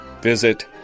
Visit